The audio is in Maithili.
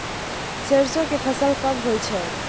सरसो के फसल कब होय छै?